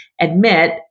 admit